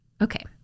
okay